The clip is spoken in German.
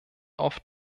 auf